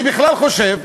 אני בכלל חושב,